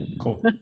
Cool